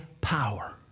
power